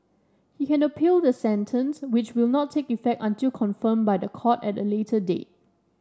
he can appeal the sentence which will not take effect until confirmed by the court at a later date